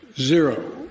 Zero